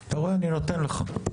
אתה רואה, אני נותן לך.